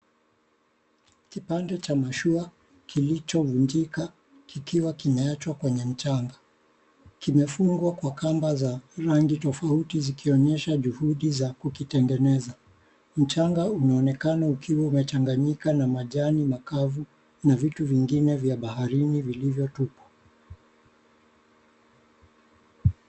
Kipande cha mashua kilichovunjika kikiwa kimeachwa kwenye mchanga. Kimefungwa kwa kamba za rangi tofauti zikionyesha juhudi za kukitengeneza. Mchanga unaonekana ukiwa umechanganyika na majani makavu na vitu vingine vya baharini vilivyo 𝑡𝑢𝑝𝑤𝑎.